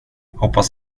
hoppas